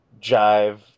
jive